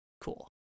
cool